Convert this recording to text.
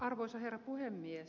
arvoisa herra puhemies